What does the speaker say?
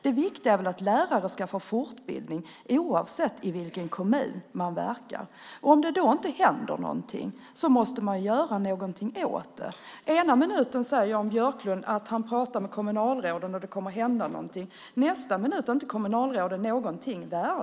Det viktiga är väl att lärare ska få fortbildning oavsett i vilken kommun som de verkar? Om det då inte händer någonting måste man göra någonting åt det. Ena minuten säger Jan Björklund att han talar med kommunalråden och att det kommer att hända någonting. I nästa minut är kommunalråden inte värda någonting.